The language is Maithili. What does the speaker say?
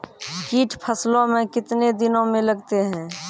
कीट फसलों मे कितने दिनों मे लगते हैं?